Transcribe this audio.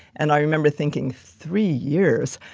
and i remember thinking three years.